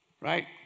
Right